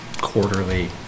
quarterly